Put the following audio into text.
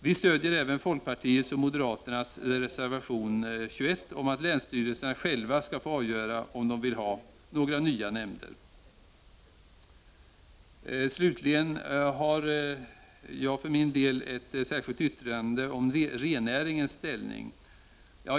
Vi stödjer även folkpartiets och moderaternas reservation 21 om att länsstyrelserna själva skall få avgöra om de vill ha några nya nämnder. Slutligen vill jag nämna att jag för min del har ett särskilt yttrande om rennäringens ställning.